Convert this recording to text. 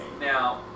Now